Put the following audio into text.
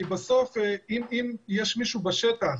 כי בסוף אם יש מישהו בשטח